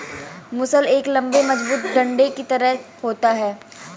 मूसल एक लम्बे मजबूत डंडे की तरह होता है